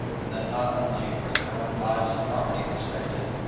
and that not only were their own lives and property respected,